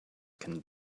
can